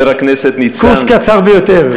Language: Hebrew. קורס קצר ביותר.